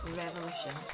revolution